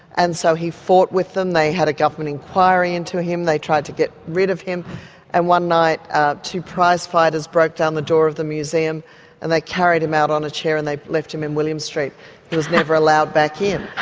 and so he fought with them, they had a government enquiry into him, they tried to get rid of him and one night ah two prize fighters broke down the door of the museum and they carried him out on a chair and left him in william street, he was never allowed back in.